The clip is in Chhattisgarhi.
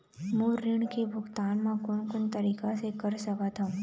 मोर ऋण के भुगतान म कोन कोन तरीका से कर सकत हव?